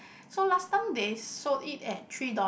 so last time they sold it at three dollar